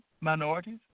minorities